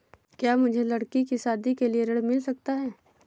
क्या मुझे लडकी की शादी के लिए ऋण मिल सकता है?